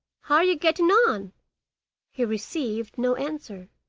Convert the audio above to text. how are you getting on he received no answer,